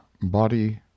body